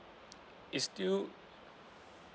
it's still